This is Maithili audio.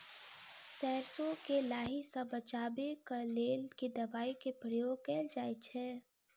सैरसो केँ लाही सऽ बचाब केँ लेल केँ दवाई केँ प्रयोग कैल जाएँ छैय?